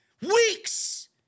Weeks